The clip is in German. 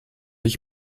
ich